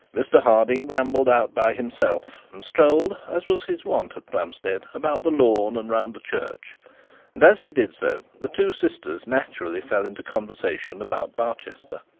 mr harding rambled out by himself, and strolled, as was his wont at plumstead, about the lawn and round the church and as he did so, the two sisters naturally fell into conversation about barchester.